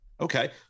Okay